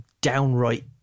downright